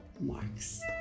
Marks